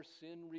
sin